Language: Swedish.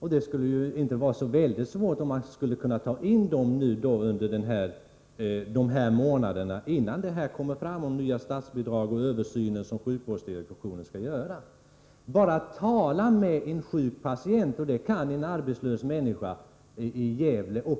att under de månader fram till dess att de nya statsbidragen kommer och sjukvårdsdirektionen gör sin översyn anställa folk som nu är arbetslösa? Att tala med patienter kan också arbetslösa människor i Gävle klara.